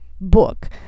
book